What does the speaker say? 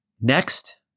Next